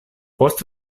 post